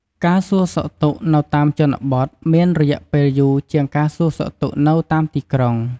ការសួរសុខទុក្ខនៅតាមជនបទមានរយៈពេលយូរជាងការសួរសុខទុក្ខនៅតាមទីក្រុង។